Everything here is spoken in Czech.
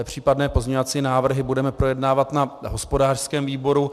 Případné pozměňovací návrhy budeme projednávat na hospodářském výboru.